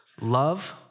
love